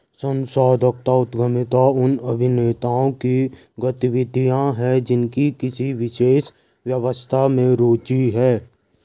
संस्थागत उद्यमिता उन अभिनेताओं की गतिविधियाँ हैं जिनकी किसी विशेष व्यवस्था में रुचि है